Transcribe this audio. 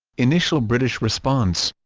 initial british response